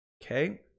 okay